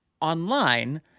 online